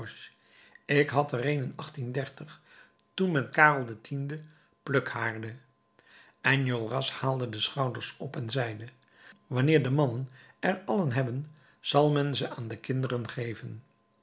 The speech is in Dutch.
ik had er een toen men met karel x plukhaarde enjolras haalde de schouders op en zeide wanneer de mannen er allen hebben zal men ze aan de kinderen geven